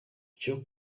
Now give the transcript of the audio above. cyo